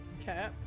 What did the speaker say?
Okay